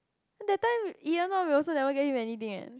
that time Ian one we also never get him anything eh